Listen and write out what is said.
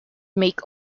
make